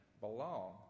belong